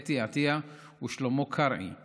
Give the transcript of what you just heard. אתי עטייה ושלמה קרעי;